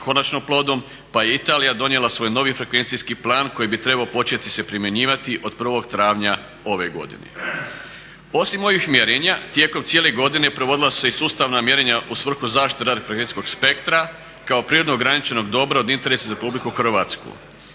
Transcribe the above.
konačno plodom pa je Italija donijela svoj novi frekvencijski plan koji bi trebao početi se primjenjivati od 1. travnja ove godine. Osim ovih mjerenja tijekom cijele godine provodila su se i sustavna mjerenja u svrhu zaštite radiofrekvencijskog spektra kao prirodno ograničenog dobra od interesa za RH. Svakodnevna